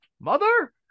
mother